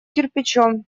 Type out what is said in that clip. кирпичом